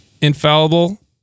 Infallible